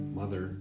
mother